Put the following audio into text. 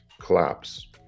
collapse